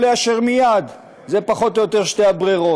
או לאשר מייד, אלו פחות או יותר שתי הברירות.